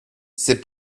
c’est